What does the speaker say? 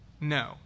no